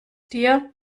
dir